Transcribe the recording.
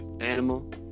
animal